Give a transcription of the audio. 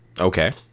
Okay